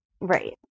Right